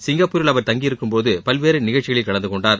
சிங்கப்பூரில் அவர் தங்கியிருக்கும்போது பல்வேறு நிகழ்ச்சிகளில் கலந்துகொண்டார்